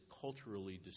culturally